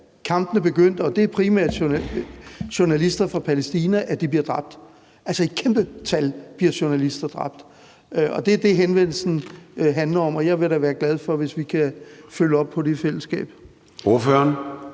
kampene begyndte – og det er primært journalister fra Palæstina – bliver dræbt. I kæmpe tal bliver journalister dræbt. Det er det, henvendelsen handler om, og jeg vil da være glad, hvis vi kan følge op på det i fællesskab. Kl.